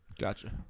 Gotcha